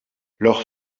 leur